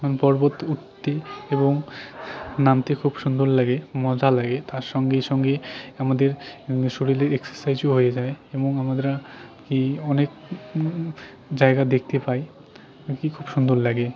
আমি পর্বত উঠতে এবং নামতে খুব সুন্দর লাগে মজা লাগে তার সঙ্গে সঙ্গে আমাদের শরীরের এক্সারসাইজও হয়ে যায় এবং আমরা কি অনেক জায়গা দেখতে পাই আর কি খুব সুন্দর লাগে